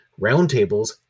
roundtables